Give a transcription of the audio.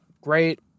great